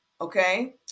Okay